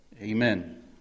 Amen